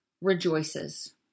rejoices